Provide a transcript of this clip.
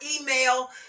email